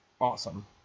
Awesome